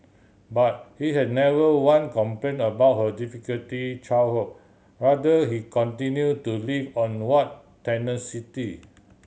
but he had never one complain about her difficulty childhood rather he continue to live on what tenacity